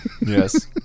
Yes